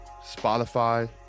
Spotify